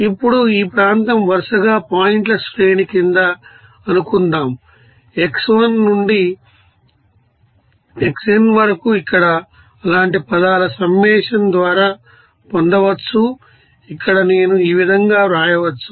ఇప్పుడు ఈ ప్రాంతం వరుసగా పాయింట్ల శ్రేణి కింద అనుకుందాం x1 నుండి xn వరకు ఇక్కడ అలాంటి పదాల సమ్మషన్ ద్వారా పొందవచ్చు ఇక్కడ నేను ఈ విధంగా వ్రాయవచ్చు